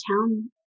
town